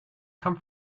come